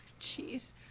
Jeez